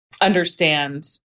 understand